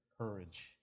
courage